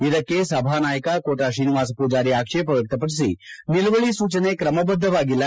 ಇದಕ್ಕೆ ಸಭಾನಾಯಕ ಕೋಟಾ ಶ್ರೀನಿವಾಸ ಪೂಜಾರಿ ಆಕ್ಷೇಪ ವ್ಯಕ್ತಪಡಿಸಿ ನಿಲುವಳಿ ಸೂಚನೆ ತ್ರಮಬದ್ಧವಾಗಿಲ್ಲ